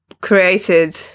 created